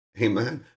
Amen